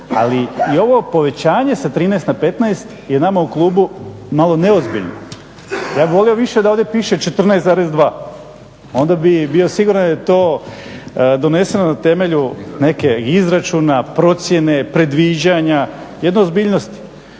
ali i ovo povećanje sa 13 na 15 je nama u klubu malo neozbiljno. Ja bih volio više da ovdje piše 14,2 onda bi bio siguran da je to doneseno na temelju nekog izračuna, procjene, predviđanja, jedne ozbiljnosti.